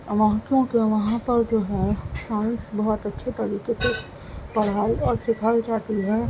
وہاں کیوں کہ وہاں پر جو ہے سائنس بہت اچھے طریقے سے پڑھائی اور سیکھائی جاتی ہے